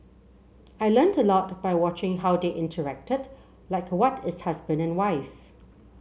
I learnt a lot by watching how they interacted like what is husband and wife